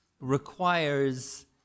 requires